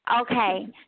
Okay